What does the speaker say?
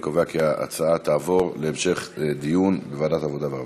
אני קובע כי ההצעות תועברנה להמשך דיון בוועדת העבודה והרווחה.